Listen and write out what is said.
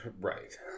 Right